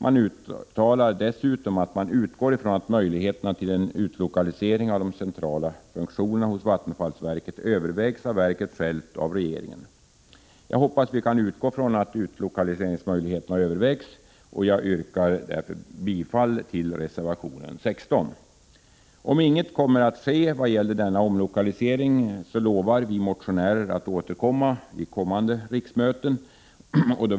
Man uttalar dessutom att man utgår från att möjligheterna till en utlokalisering av de centrala funktionerna hos vattenfallsverket övervägs av verket självt och av regeringen. Jag hoppas vi kan utgå från att utlokaliseringsmöjligheterna övervägs och yrkar bifall till reservation 16. Om inget sker när det gäller denna omlokalisering lovar vi motionärer att återkomma vid kommande riksmöten.